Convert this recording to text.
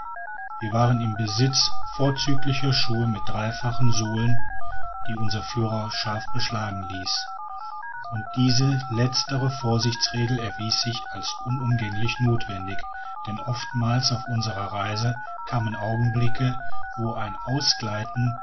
wir waren im besitz vorzüglicher schuhe mit dreifachen sohlen die unsere führer scharf beschlagen ließen und diese letztere vorsichtsmaßregel erwies sich als unumgänglich nothwendig denn oftmals auf unserer reise kamen augenblicke wo ein ausgleiten